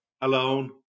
alone